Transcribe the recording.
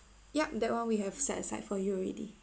yup that one we have set aside for you already